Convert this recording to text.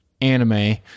anime